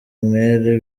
umwere